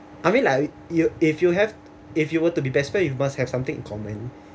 I mean like you you if you have if you were to be best friend you must have something in common